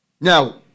Now